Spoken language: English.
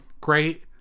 Great